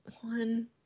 one